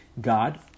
God